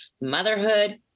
motherhood